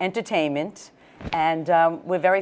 entertainment and we're very